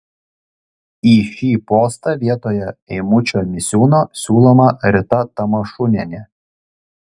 į šį postą vietoje eimučio misiūno siūloma rita tamašunienė